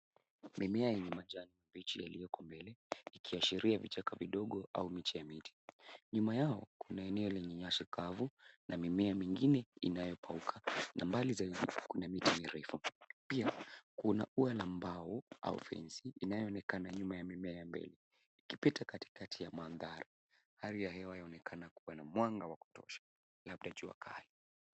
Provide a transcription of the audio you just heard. Mimea yenye majani mabichi yaliyoko mbele ikiashiria vichaka vidogo au miche ya miti. Nyuma yao kuna eneo lenye nyasi kavu na mimea mingine inayopauka na mbali zaidi kuna miti mirefu. Pia kuna ua la mbao au fensi inayoonekana nyuma ya mimea mbele ikipita katikati ya mandhari. Hali ya hewa inaonekana kuwa na mwanga wa kutosha labda jua kali.